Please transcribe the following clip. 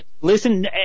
Listen